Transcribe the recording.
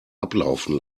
ablaufen